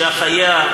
שחייה,